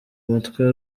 umutwe